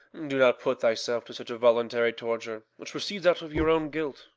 do not put thyself to such a voluntary torture, which proceeds out of your own guilt.